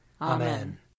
Amen